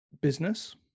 business